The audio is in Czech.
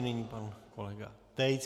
Nyní pan kolega Tejc.